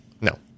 No